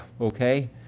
okay